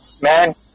man